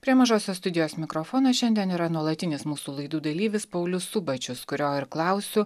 prie mažosios studijos mikrofono šiandien yra nuolatinis mūsų laidų dalyvis paulius subačius kurio ir klausiu